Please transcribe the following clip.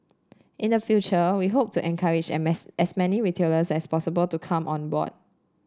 in the future we hope to encourage and as many retailers as possible to come on board